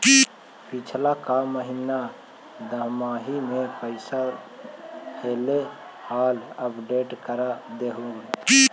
पिछला का महिना दमाहि में पैसा ऐले हाल अपडेट कर देहुन?